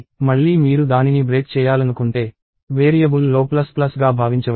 మళ్లీ మీరు దానిని బ్రేక్ చేయాలనుకుంటే వేరియబుల్లో ప్లస్ ప్లస్గా భావించవచ్చు